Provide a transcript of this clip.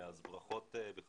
ברכות לך